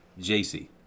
jc